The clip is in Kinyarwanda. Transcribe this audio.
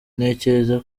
ntekereza